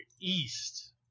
east